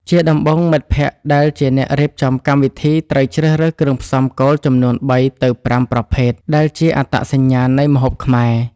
ជាដំបូង មិត្តភក្តិដែលជាអ្នករៀបចំកម្មវិធីត្រូវជ្រើសរើសគ្រឿងផ្សំគោលចំនួន ៣ ទៅ ៥ ប្រភេទដែលជាអត្តសញ្ញាណនៃម្ហូបខ្មែរ។